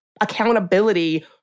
accountability